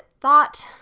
thought